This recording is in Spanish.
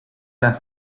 las